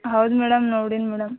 ಹೌದು ಮೇಡಮ್ ನೋಡಿನಿ ಮೇಡಮ್